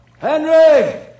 Henry